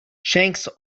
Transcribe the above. shanks